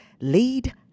Lead